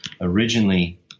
originally